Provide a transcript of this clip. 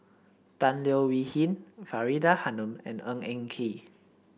Tan Leo Wee Hin Faridah Hanum and Ng Eng Kee